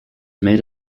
made